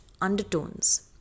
undertones